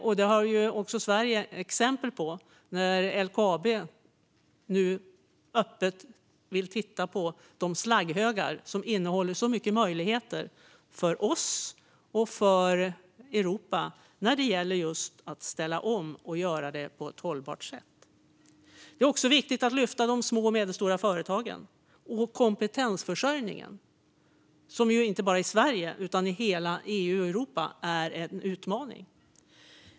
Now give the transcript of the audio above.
Ett exempel i Sverige gäller LKAB och de slagghögar som innehåller så mycket möjligheter för oss och Europa när det gäller att ställa om på ett hållbart sätt. Det är också viktigt att lyfta de små och medelstora företagen och kompetensförsörjningen, som är en utmaning inte bara i Sverige utan i hela EU och Europa.